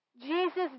Jesus